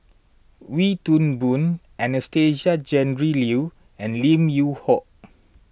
Wee Toon Boon Anastasia Tjendri Liew and Lim Yew Hock